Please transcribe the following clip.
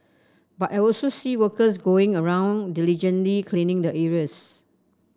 but I also see workers going around diligently cleaning the areas